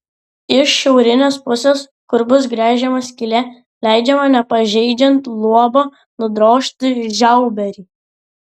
iš šiaurinės pusės kur bus gręžiama skylė leidžiama nepažeidžiant luobo nudrožti žiauberį